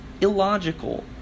illogical